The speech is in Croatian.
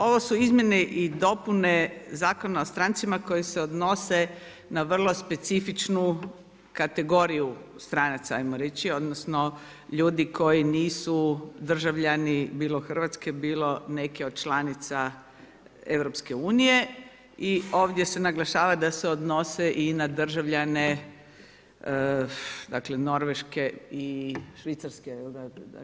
Ovo su izmjene i dopune Zakona o strancima koje se odnose na vrlo specifičnu kategoriju stranaca, ajmo reći odnosno ljudi koji nisu državljani bilo RH, bilo neke od članica EU i ovdje se naglašava da se odnose i na državljane dakle, Norveške i Švicarske, jel da?